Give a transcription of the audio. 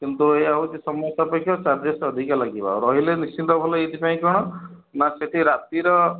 କିନ୍ତୁ ଏୟା ହେଉଛି ସମସ୍ତ ଅପେକ୍ଷା ଚାର୍ଜେସ୍ଟା ଅଧିକ ଲାଗିବ ରହିଲେ ନିଶ୍ଚିନ୍ତ ଭଲ ଏଇଥି ପାଇଁ କ'ଣ ନା ସେଇଠି ରାତିର